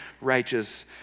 righteous